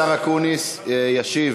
השר אקוניס ישיב